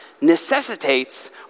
necessitates